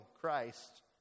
Christ